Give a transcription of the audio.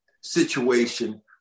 situation